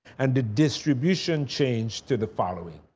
and the distribution changed to the following,